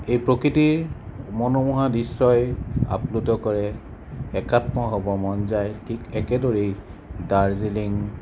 এই প্ৰকৃতিৰ মনোমোহা দৃশ্যই অপ্লুত কৰে একাত্ম হ'ব মন যায় ঠিক একেদৰেই দাৰ্জিলিং